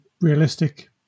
realistic